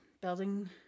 building